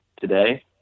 today